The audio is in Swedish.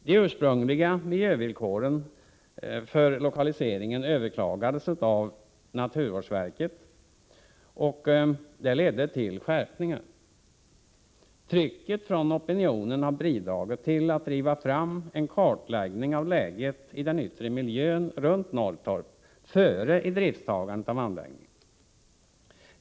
De ursprungliga miljövillkoren för lokaliseringen överklagades av naturvårdsverket, och det ledde till skärpningar. Trycket från opinionen har bidragit till att driva fram en kartläggning av läget i den yttre miljön runt Norrtorp före idrifttagandet av anläggningen.